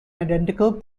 identical